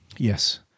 yes